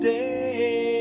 day